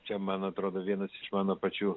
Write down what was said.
čia man atrodo vienas iš mano pačių